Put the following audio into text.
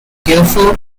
hereford